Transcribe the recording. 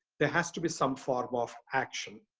there has to be some form of action.